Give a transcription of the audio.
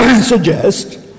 suggest